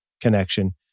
connection